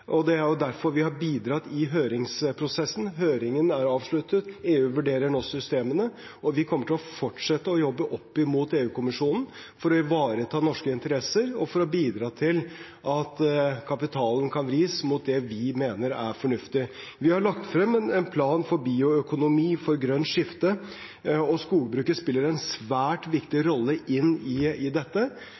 og det er derfor vi har bidratt i høringsprosessen. Høringen er avsluttet, EU vurderer nå systemene, og vi kommer til å fortsette å jobbe opp mot EU-kommisjonen for å ivareta norske interesser og for å bidra til at kapitalen kan vris inn mot det vi mener er fornuftig. Vi har lagt frem en plan for bioøkonomi og for grønt skifte, og skogbruket spiller en svært viktig rolle i dette.